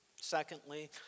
Secondly